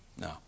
No